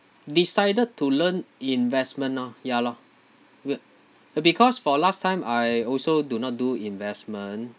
decided to learn investment orh ya loh be~ because for last time I also do not do investment